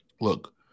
look